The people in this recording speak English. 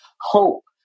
hope